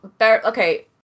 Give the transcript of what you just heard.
Okay